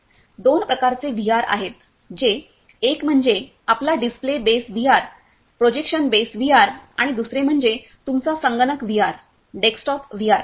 दोन प्रकारचे व्हीआर आहेत ते एक म्हणजे आपला display base VR projection based VR आणि दुसरे म्हणजे तुमचा संगणक व्हीआर डेस्कटॉप व्हीआर